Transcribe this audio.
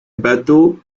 bateaux